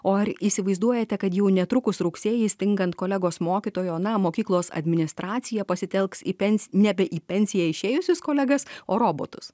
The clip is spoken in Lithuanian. o ar įsivaizduojate kad jau netrukus rugsėjį stingant kolegos mokytojo na mokyklos administracija pasitelks į pensiją nebe į pensiją išėjusius kolegas o robotus